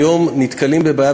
היום נתקלים בבעיה,